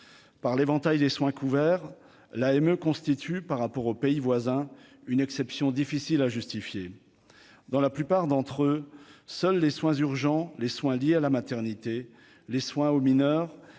par l'éventail des soins couverts là mieux constitue par rapport aux pays voisins, une exception difficile à justifier dans la plupart d'entre eux seuls les soins urgents les soins liés à la maternité, les soins aux mineurs